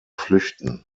flüchten